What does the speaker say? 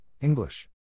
English